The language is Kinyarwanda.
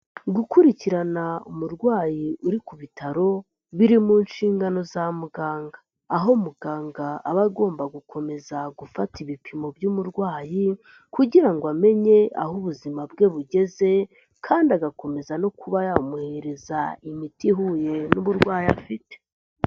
Gukurikirana umurwayi uri ku bitaro, biri mu nshingano za muganga. Aho muganga aba agomba gukomeza gufata ibipimo by'umurwayi, kugira ngo amenye aho ubuzima bwe bugeze, kandi agakomeza no kuba yamuhereza imiti ihuye, n'uburwayi afite.